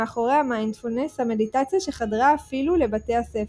מאחורי המיינדפולנס המדיטציה שחדרה אפילו לבתי הספר,